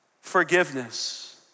forgiveness